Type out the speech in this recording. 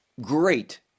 great